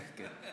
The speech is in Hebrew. כן.